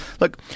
Look